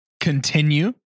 Continue